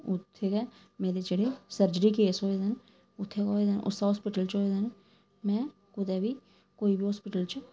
उ'त्थै गै मेरे जेह्ड़े सर्जरी केस होए दे न उ'त्थें गै होए दे न उस्सै हॉस्पिटल च होए दे न में कुदै बी कोई बी हॉस्पिटल च